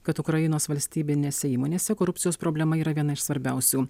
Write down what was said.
kad ukrainos valstybinėse įmonėse korupcijos problema yra viena iš svarbiausių